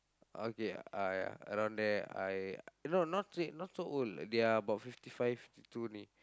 okay I around there I you know not say not so old they are about fifty five fifty two only